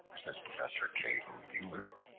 says professor k. o. mueller,